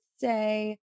say